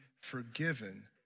forgiven